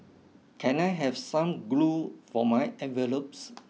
can I have some glue for my envelopes